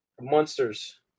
monsters